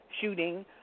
shooting